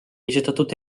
esitatud